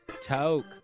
Toke